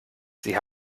sie